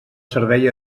servei